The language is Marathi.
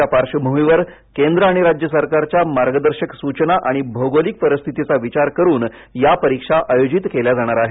कोविडच्या पार्श्वभूमीवर केंद्र आणि राज्य सरकारच्या मार्गदर्शक सूचना आणि भौगोलिक परिस्थितीचा विचार करुन या परीक्षा आयोजित केल्या जाणार आहेत